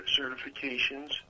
certifications